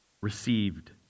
received